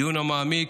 הדיון המעמיק,